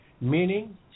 Meaning